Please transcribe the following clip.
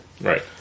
right